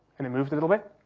and it moved a little bit,